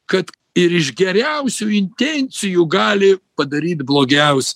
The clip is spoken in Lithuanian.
kad ir iš geriausių intencijų gali padaryt blogiaus